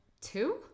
two